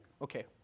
Okay